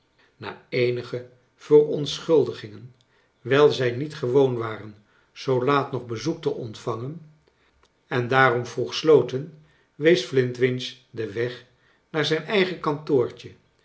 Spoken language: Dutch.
na eenige verontschuldigingen wijl zij niet gewoon waren zoo laat nog bezoek te ontvangen en daarom vroeg sloten wees flintwinch den weg naar zijn eigen kantoortje